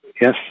Yes